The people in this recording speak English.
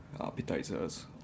appetizers